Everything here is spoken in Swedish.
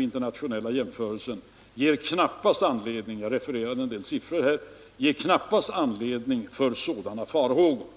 internationella jämförelsen ger knappast anledning — jag refererade ju vissa siffror nyss — till sådana farhågor.